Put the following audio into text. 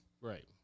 Right